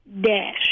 dash